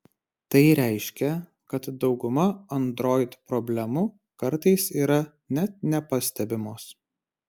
tai reiškia kad dauguma android problemų kartais yra net nepastebimos